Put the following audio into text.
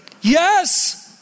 Yes